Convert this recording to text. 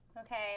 Okay